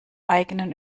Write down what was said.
eigenen